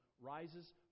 rises